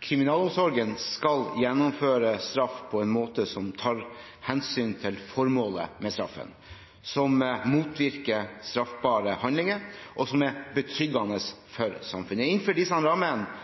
Kriminalomsorgen skal gjennomføre straff på en måte som tar hensyn til formålet med straffen, som motvirker straffbare handlinger, og som er betryggende for samfunnet. Innenfor disse rammene